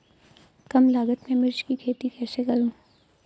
कम लागत में मिर्च की खेती कैसे करूँ?